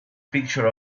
picture